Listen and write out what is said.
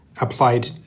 applied